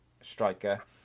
striker